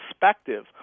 perspective